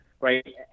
Right